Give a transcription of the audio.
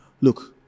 look